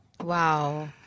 Wow